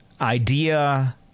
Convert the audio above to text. idea